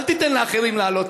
אל תיתן לאחרים לעלות.